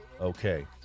okay